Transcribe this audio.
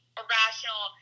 irrational